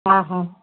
हा हा